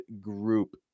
group